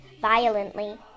violently